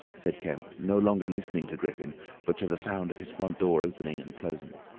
said kemp, no longer listening to griffin but to the sound of his front door opening and closing.